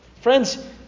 friends